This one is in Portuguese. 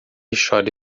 chore